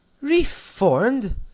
reformed